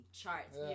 charts